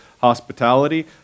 hospitality